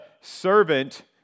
servant